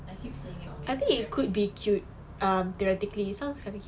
I keep seeing it on instagram feed